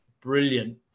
brilliant